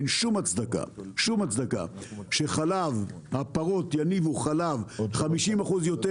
אין שום הצדקה שהפרות יניבו חלב 50% יותר